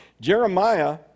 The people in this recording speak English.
Jeremiah